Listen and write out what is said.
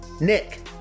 Nick